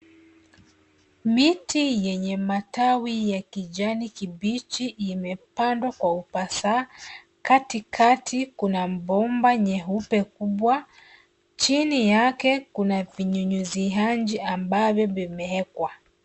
Miti yenye matawi ya kijani kibichi imepandwa kwa upasaa. Katikati kuna bomba nyeupe kubwa. Chini yake kuna vinyunyuziaji ambavyo vimewekwa.